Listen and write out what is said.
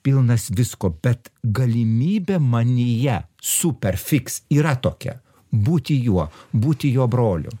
pilnas visko bet galimybė manyje super fix yra tokia būti juo būti jo broliu